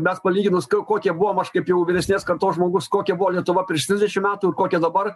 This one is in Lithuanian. mes palyginus kokie buvom aš jau vyresnės kartos žmogus kokia buvo lietuva prieš trisdešim metų ir kokia dabar